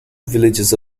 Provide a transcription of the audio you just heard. villages